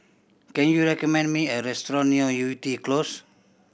can you recommend me a restaurant near Yew Tee Close